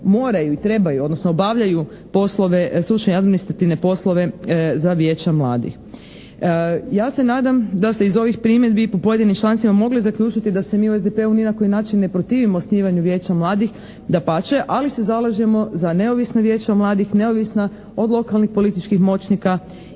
moraju i trebaju, odnosno obavljaju poslove, stručne i administrativne poslove za vijeća mladih. Ja se nadam da ste iz ovih primjedbi po pojedinim člancima mogli zaključiti da se mi u SDP-u ni na koji način ne protivimo osnivanju Vijeća mladih, dapače. Ali se zalažemo za neovisna vijeća mladih, neovisna od lokalnih političkih moćnika